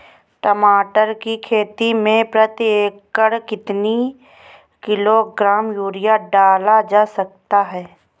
टमाटर की खेती में प्रति एकड़ कितनी किलो ग्राम यूरिया डाला जा सकता है?